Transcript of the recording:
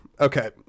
okay